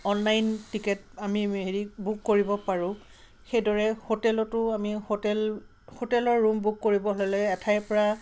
online ticket আমি হেৰি book কৰিব পাৰোঁ সেইদৰে হোটেলটো আমি হোটেল হোটেলৰ ৰুম বুক কৰিব ল'লে এঠাইৰ পৰা